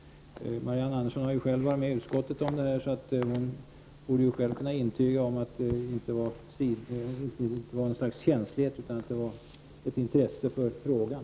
Marianne Andersson har ju själv varit med vid behandlingen av denna fråga i utskottet, så hon borde själv kunna intyga att det inte var fråga om något slags känslighet utan att det fanns ett intresse för frågan.